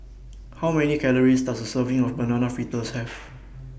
How Many Calories Does A Serving of Banana Fritters Have